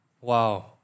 Wow